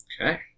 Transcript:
Okay